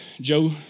Joe